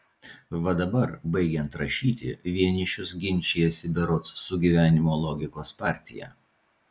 va dabar baigiant rašyti vienišius ginčijasi berods su gyvenimo logikos partija